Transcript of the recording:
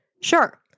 Sure